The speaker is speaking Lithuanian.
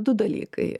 du dalykai